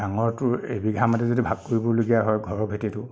ডাঙৰটোৰ এবিঘা মাটি যদি ভাগ কৰিবলগীয়া হয় ঘৰৰ ভেঁটিটো